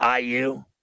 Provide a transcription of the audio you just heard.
IU